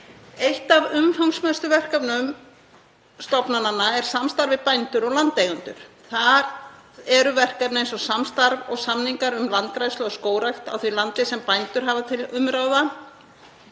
Eitt af umfangsmestu verkefnunum stofnananna er samstarf við bændur og landeigendur. Þar eru verkefni eins og samstarf og samningar um landgræðslu og skógrækt á því landi sem bændur hafa til umráða,